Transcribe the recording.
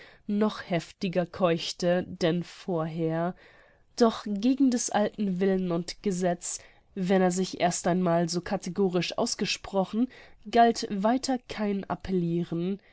noch heftiger keuchte denn vorher doch gegen des alten willen und gesetz wenn er sich erst einmal so kathegorisch ausgesprochen galt weiter kein apelliren